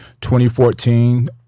2014